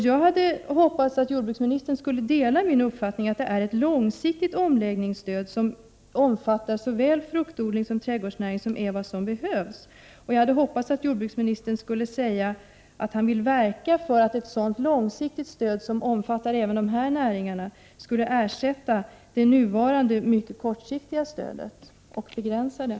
Jag hade hoppats att jordbruksministern skulle dela min uppfattning att det är ett långsiktigt omläggningsstöd, som omfattar såväl fruktodling som trädgårdsnäring, som behövs. Jag hade hoppats att jordbruksministern skulle säga att han vill verka för att ett sådant långsiktigt stöd som omfattar även dessa näringar skulle ersätta det nuvarande mycket kortsiktiga stödet och begränsa det.